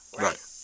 Right